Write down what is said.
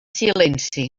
silenci